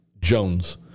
Jones